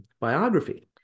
biography